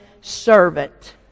servant